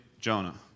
Jonah